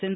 N